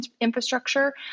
infrastructure